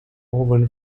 oven